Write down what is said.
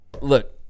Look